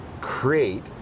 create